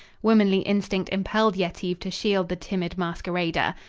womanly instinct impelled yetive to shield the timid masquerader.